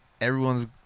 everyone's